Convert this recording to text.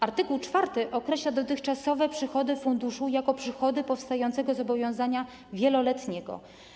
Art. 4 określa dotychczasowe przychody funduszu jako przychody powstającego zobowiązania wieloletniego.